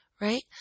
right